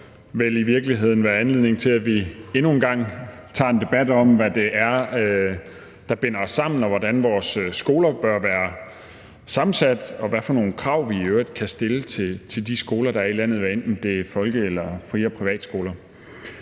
vel i virkeligheden være anledning til, at vi endnu en gang tager en debat om, hvad det er, der binder os sammen, hvordan vores skoler bør være sammensat, og hvad for nogle krav, vi i øvrigt kan stille til de skoler, der er i landet, hvad enten det er folke-, fri- eller privatskoler.